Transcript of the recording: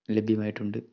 ലഭ്യമായിട്ടുണ്ട്